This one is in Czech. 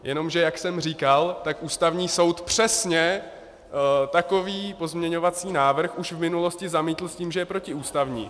Jenomže jak jsem říkal, tak Ústavní soud přesně takový pozměňovací návrh už v minulosti zamítl s tím, že je protiústavní.